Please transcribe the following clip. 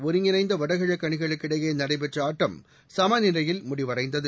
ஒருங்கிணைந்த வடகிழக்கு அணிகளுக்கிடையே நடைபெற்ற ஆட்டம் சமநிலையில் முடிவடைந்தது